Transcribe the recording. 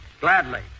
Gladly